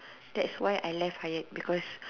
that's why I left Hyatt because